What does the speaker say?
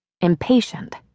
Impatient